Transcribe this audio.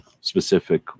specific